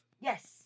Yes